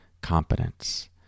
competence